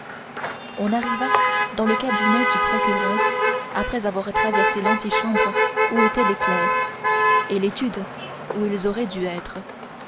on arriva dans le cabinet du procureur après avoir traversé l'antichambre où étaient les clercs et l'étude où ils auraient dû être